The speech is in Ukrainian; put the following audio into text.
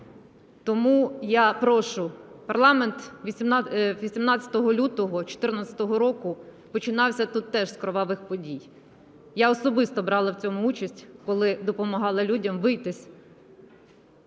Тому я прошу, парламент 18 лютого 14-го року починався тут теж з кривавих подій - я особисто брала в цьому участь, коли допомагала людям вийти